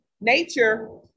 nature